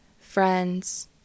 friends